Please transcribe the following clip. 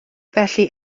felly